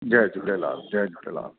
जय झूलेलाल जय झूलेलाल